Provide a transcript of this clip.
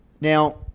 Now